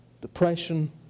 depression